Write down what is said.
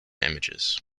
images